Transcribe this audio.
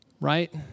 right